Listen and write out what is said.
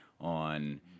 on